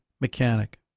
mechanic